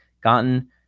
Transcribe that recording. gotten